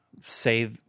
say